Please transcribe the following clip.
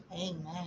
amen